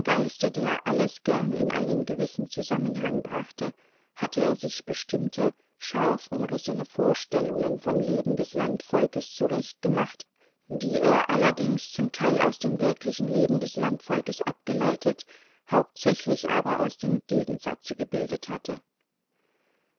der alles gern in einen gewissen zusammenhang brachte hatte er sich bestimmte scharf umrissene vorstellungen vom leben des landvolkes zurechtgemacht die er allerdings zum teil aus dem wirklichen leben des landvolkes abgeleitet hauptsächlich aber aus dem gegensatze gebildet hatte